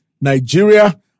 Nigeria